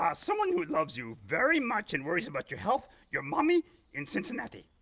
ah someone who loves you very much and worries about your health, your mommy in cincinnati.